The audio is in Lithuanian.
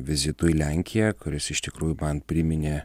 vizitu į lenkiją kuris iš tikrųjų man priminė